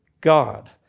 God